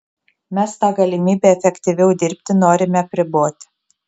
mes tą galimybę efektyviau dirbti norime apriboti